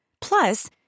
Plus